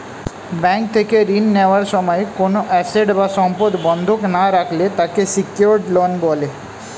bank থেকে ঋণ নেওয়ার সময় কোনো অ্যাসেট বা সম্পদ বন্ধক না রাখলে তাকে সিকিউরড লোন বলে